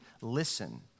listen